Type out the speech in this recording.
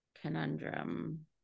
conundrum